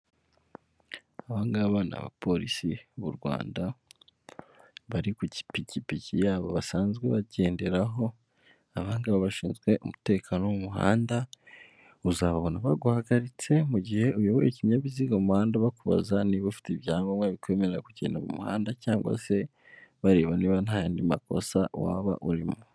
Abangaba abapolisi b'u Rwanda bari ku ipikipiki yabo basanzwe bagenderaho, abangaba bashinzwe umutekano wo mu muhanda, uzabona baguhagaritse mu gihe uyoboye ikinyabiziga mu mumuhanda, bakubaza niba ufite ibyangombwa bikwemerera kugenda mu muhanda cg se bareba niba nta yandi makosa waba urimo.